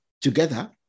together